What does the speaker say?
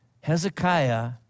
Hezekiah